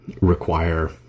require